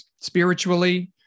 spiritually